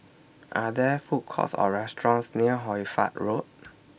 Are There Food Courts Or restaurants near Hoy Fatt Road